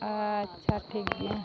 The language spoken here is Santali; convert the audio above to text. ᱟᱪᱪᱷᱟ ᱴᱷᱤᱠ ᱜᱮᱭᱟ